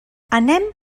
anem